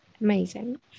amazing